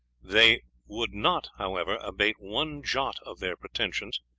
they would not, however, abate one jot of their pretensions,